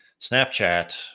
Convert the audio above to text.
Snapchat